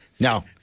No